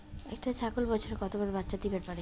একটা ছাগল বছরে কতবার বাচ্চা দিবার পারে?